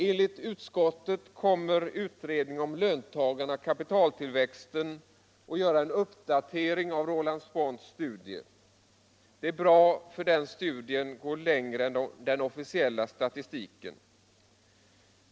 Enligt utskottet kommer utredningen om löntagarna och kapitaltillväxten att göra en uppdatering av Roland Spånts studie. Det är bra, för den studien går längre än den officiella statistiken.